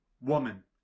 Woman